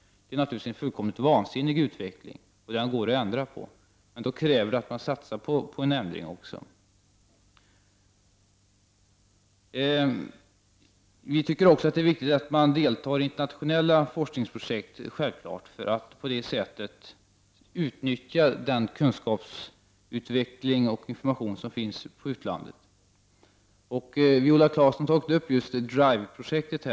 Detta är naturligtvis en fullständigt vansinnig utveckling, och den går att ändra. Men det kräver att man satsar på en förändring av detta. Vi anser att det är viktigt att Sverige deltar i internationella forskningsprojekt för att på det sättet utnyttja den kunskapsutveckling och information som finns i utlandet. Viola Claesson har tagit upp Drive-projektet.